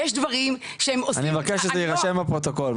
אני מבקש שזה יירשם בפרוטוקול,